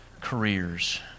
careers